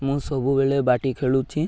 ମୁଁ ସବୁବେଳେ ବାଟି ଖେଳୁଛି